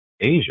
Asia